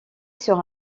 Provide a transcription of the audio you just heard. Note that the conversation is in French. sur